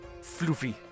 floofy